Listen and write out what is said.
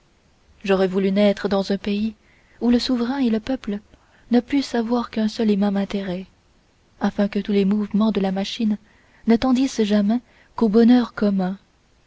j'aurais voulu naître dans un pays où le souverain et le peuple ne pussent avoir qu'un seul et même intérêt afin que tous les mouvements de la machine ne tendissent jamais qu'au bonheur commun